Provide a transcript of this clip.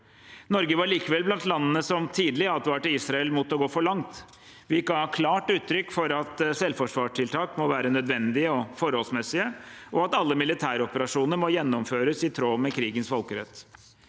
Norge var likevel blant landene som tidlig advarte Israel mot å gå for langt. Vi ga klart uttrykk for at selvforsvarstiltak må være nødvendige og forholdsmessige, og at alle militæroperasjoner må gjennomføres i tråd med krigens folkerett.